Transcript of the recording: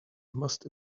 must